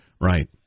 Right